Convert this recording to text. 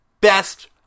best